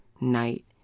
night